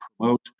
promote